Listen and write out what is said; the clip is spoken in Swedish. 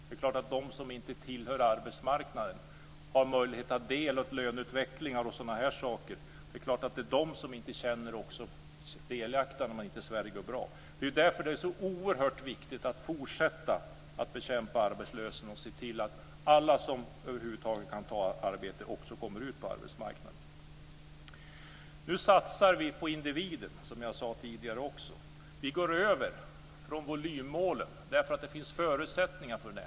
Det är klart att de som inte tillhör arbetsmarknaden och inte har möjlighet att ta del av löneutvecklingar och sådana saker inte känner sig delaktiga när det går bra i Sverige. Det är därför som det är så oerhört viktigt att fortsätta att bekämpa arbetslösheten och se till att alla som över huvud taget kan ta ett arbete också kommer ut på arbetsmarknaden. Nu satsar vi på individen, som jag också sade tidigare. Vi går från volymmålen, eftersom det finns förutsättningar för det.